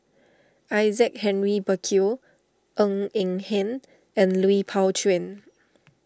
Isaac Henry Burkill Ng Eng Hen and Lui Pao Chuen